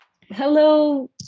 hello